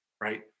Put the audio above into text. right